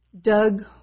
Doug